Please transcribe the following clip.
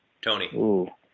Tony